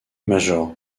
major